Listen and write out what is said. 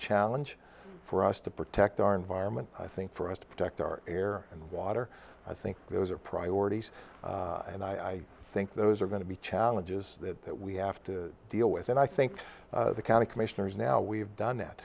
challenge for us to protect our environment i think for us to protect our air and water i think those are priorities and i think those are going to be challenges that we have to deal with and i think the county commissioners now we've done that